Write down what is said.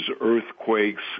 earthquakes